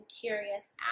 curious